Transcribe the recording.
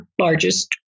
largest